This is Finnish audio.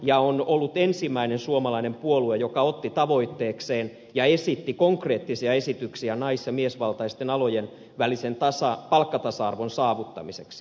kokoomus on ollut ensimmäinen suomalainen puolue joka esitti konkreettisia esityksiä nais ja miesvaltaisten alojen palkkatasa arvon saavuttamiseksi ja otti sen tavoitteekseen